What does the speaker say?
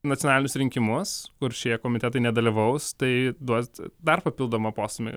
nacionalinius rinkimus kur šie komitetai nedalyvaus tai duos dar papildomą postūmį